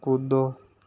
कूदो